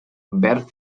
verd